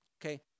Okay